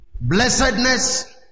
Blessedness